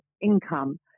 income